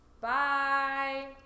Bye